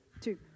Two